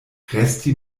resti